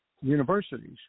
Universities